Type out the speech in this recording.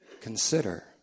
consider